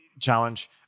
challenge